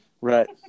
Right